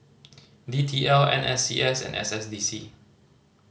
D T L N S C S and S S D C